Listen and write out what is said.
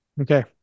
okay